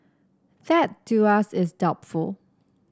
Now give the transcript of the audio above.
that to us is doubtful